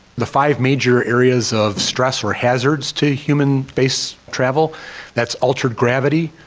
the five major areas of stress or hazards to human space travel that's altered gravity,